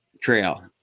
trail